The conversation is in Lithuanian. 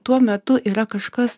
tuo metu yra kažkas